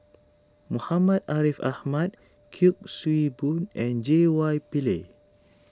Muhammad Ariff Ahmad Kuik Swee Boon and J Y Pillay